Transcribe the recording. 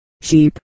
sheep